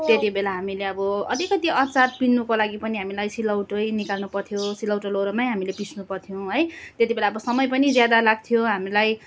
त्यति बेला हामीले अब अलिकति अचार पिस्नुको लागि पनि हामीलाई सिलौटो निकाल्नु पर्थ्यो सिलौटो लोहोरोमै हामीले पिस्नु पर्थ्यौ है त्यति बेला अब समय पनि ज्यादा लाग्थ्यो हामीलाई